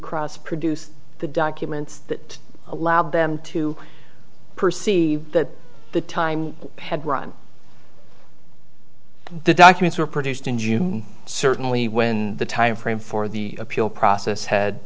cross produced the documents that allowed them to perceive that the time had run the documents were produced in june certainly when the timeframe for the appeal process had